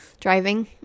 driving